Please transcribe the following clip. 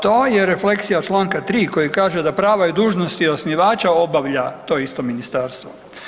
To je refleksija Članka 3. koji kaže da prava i dužnosti osnivača obavlja to isto ministarstvo.